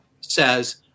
says